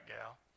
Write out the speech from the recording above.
gal